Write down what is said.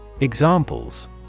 Examples